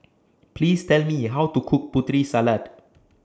Please Tell Me How to Cook Putri Salad